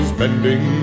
bending